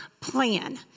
plan